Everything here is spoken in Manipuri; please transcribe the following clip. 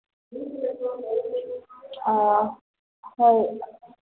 ꯑꯥ ꯍꯣꯏ